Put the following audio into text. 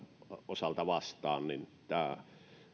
osalta vastaan